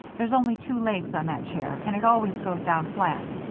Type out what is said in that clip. there's only two legs on that chair, and it always goes down flat.